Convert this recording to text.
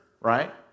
right